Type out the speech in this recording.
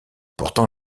pourtant